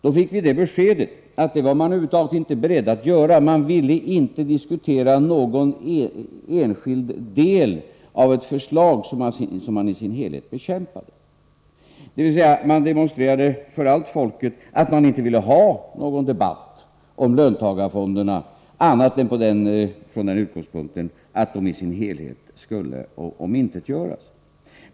Då fick vi beskedet att man över huvud taget inte var beredd att göra det, man ville inte diskutera någon enskild del av ett förslag som man i sin helhet bekämpade, dvs. man demonstrerade för allt folk att man inte ville ha någon debatt om löntagarfonderna annat än från den utgångspunkten att de i sin helhet skulle omintetgöras.